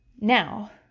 Now